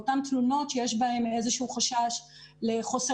באותן תלונות שיש בהן איזשהו חשש לחוסר